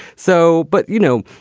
so but, you know,